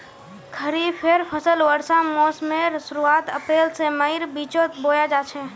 खरिफेर फसल वर्षा मोसमेर शुरुआत अप्रैल से मईर बिचोत बोया जाछे